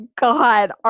God